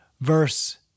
Verse